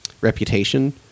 reputation